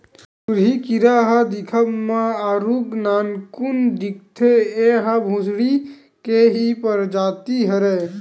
सुरही कीरा ह दिखब म आरुग नानकुन दिखथे, ऐहा भूसड़ी के ही परजाति हरय